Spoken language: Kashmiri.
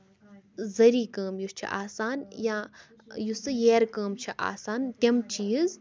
ذٔری کٲم یُس چھِ آسان یا یُس سُہ ییٚرٕ کٲم چھِ آسان تِم چیٖز